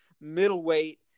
middleweight